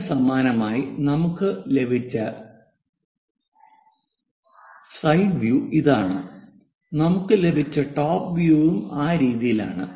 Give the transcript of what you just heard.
ഇതിനു സമാനമായി നമുക്ക് ലഭിച്ച സൈഡ് വ്യൂ ഇതാണ് നമുക്ക് ലഭിച്ച ടോപ് വ്യൂയും ആ രീതിയിലാണ്